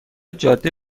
جاده